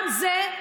גם זה,